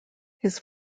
his